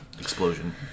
Explosion